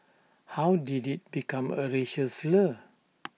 how did IT become A racial slur